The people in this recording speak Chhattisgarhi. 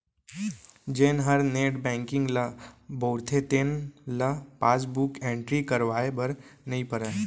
जेन हर नेट बैंकिंग ल बउरथे तेन ल पासबुक एंटरी करवाए बर नइ परय